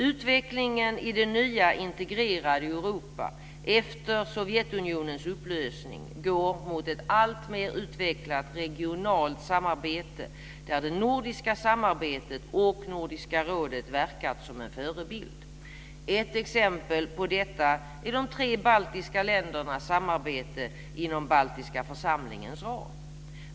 Utvecklingen i det nya integrerade Europa efter Sovjetunionens upplösning går mot ett alltmer utvecklat regionalt samarbete där det nordiska samarbetet och Nordiska rådet verkat som en förebild. Ett exempel på detta är de tre baltiska ländernas samarbete inom Baltiska församlingens ram.